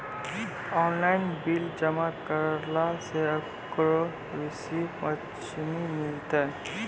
Online bill जमा करला से ओकरौ रिसीव पर्ची मिलतै?